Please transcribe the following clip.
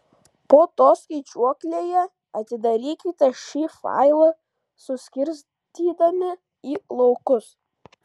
po to skaičiuoklėje atidarykite šį failą suskirstydami į laukus